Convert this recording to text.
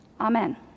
Amen